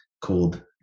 called